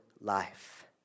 life